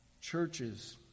churches